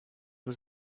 was